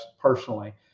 personally